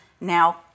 now